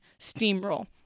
steamroll